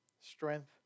strength